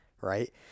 right